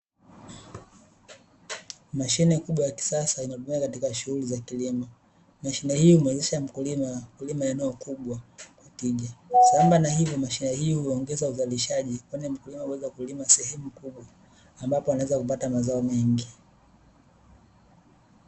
Mashine kubwa ya kisasa inayotumika katika shughuli za kilimo. Mashine hii humwezesha mkulima kulima eneo kubwa kwa tija. Sambamba na hivyo, mashine hii huongeza uzalishaji, kwani mkulima huweza kulima sehemu kubwa, ambapo anaweza kupata mazao mengi.